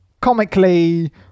comically